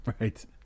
right